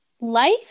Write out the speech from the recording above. life